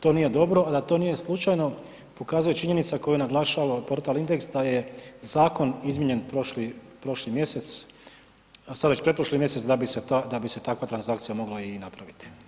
To nije dobro a da to nije slučajno, pokazuje činjenica koja naglašava portal Indeks da je zakon izmijenjen prošli mjesec, sad već pretprošli mjesec da bi se takva transakcija mogla i napraviti.